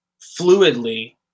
fluidly